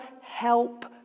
help